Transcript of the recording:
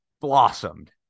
blossomed